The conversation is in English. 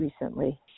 recently